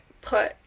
put